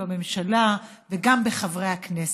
בממשלה וגם בחברי הכנסת.